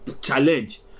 challenge